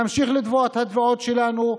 נמשיך לתבוע את התביעות שלנו,